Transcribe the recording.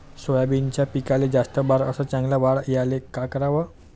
सोयाबीनच्या पिकाले जास्त बार अस चांगल्या वाढ यायले का कराव?